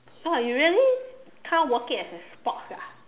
!wah! you really count walking as a sports ah